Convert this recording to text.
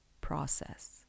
process